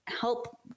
help